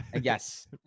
Yes